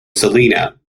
salina